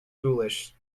foolish